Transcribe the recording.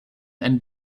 and